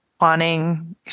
wanting